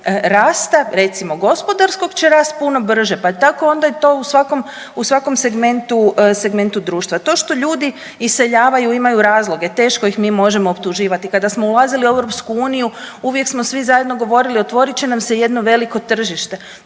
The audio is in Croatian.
rasta recimo gospodarskog će rast puno brža pa je tako onda i to u svakom segmentu, segmentu društva. To što ljudi iseljavaju imaju razloge teško ih mi možemo optuživati. Kada smo ulazili u EU uvijek smo svi zajedno govorili otvorit će nam se jedno veliko tržište.